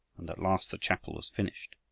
and at last the chapel was finished.